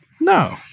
No